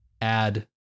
add